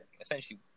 essentially